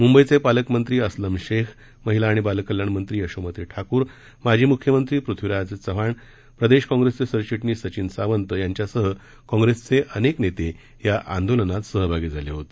म्ंबईचे पालकमंत्री अस्लम शेख महिला आणि बाल कल्याण मंत्री यशोमती ठाकूर माजी म्ख्यमंत्री पृथ्वीराज चव्हाण प्रदेश काँग्रेसचे सरचिटणीस सचिन सावंत यांच्यासह काँग्रेसचे अनेक नेते या आंदोलनात सहभागी झाले होते